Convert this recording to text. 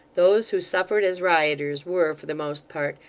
those who suffered as rioters were, for the most part,